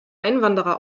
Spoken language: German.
einwanderer